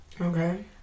Okay